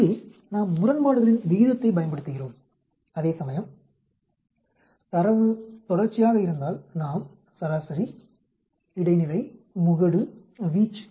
இங்கே நாம் முரண்பாடுகளின் விகிதத்தை பயன்படுத்துகிறோம் அதேசமயம் தரவு தொடர்ச்சியாக இருந்தால் நாம் சராசரி இடைநிலை முகடு வீச்சு